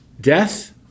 Death